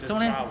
有 meh